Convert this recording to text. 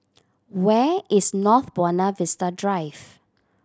where is North Buona Vista Drive